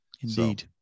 Indeed